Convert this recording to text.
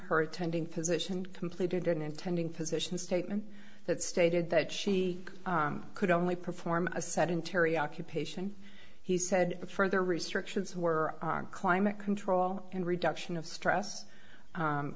her attending physician completed an intending physician statement that stated that she could only perform a sedentary occupation he said but further restrictions were climate control and reduction of stress